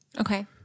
Okay